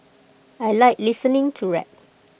I Like listening to rap